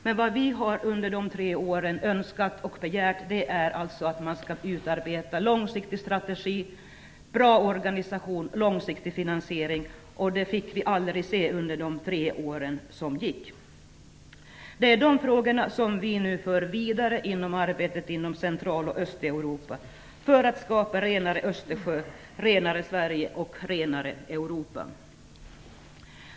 Men under de här tre åren har vi önskat och begärt att det skulle utarbetas en långsiktig strategi, bra organisation och en långsiktig finansiering. Men det har vi inte fått se under de tre år som gått. Det är dessa frågor som vi nu för vidare i arbetet i Central och Östeuropa för att skapa en renare Östersjö, ett renare Sverige och ett renare Europa.